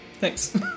Thanks